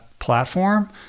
platform